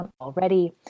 already